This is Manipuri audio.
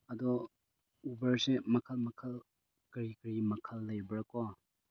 ꯑꯗꯣ ꯎꯕꯔꯁꯦ ꯃꯈꯜ ꯃꯈꯜ ꯀꯔꯤ ꯀꯔꯤ ꯃꯈꯜ ꯂꯩꯕ꯭ꯔꯥ ꯀꯣ